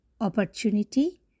opportunity